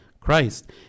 Christ